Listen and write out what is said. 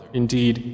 indeed